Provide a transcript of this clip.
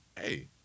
hey